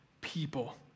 people